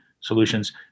solutions